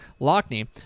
Lockney